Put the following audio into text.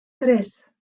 tres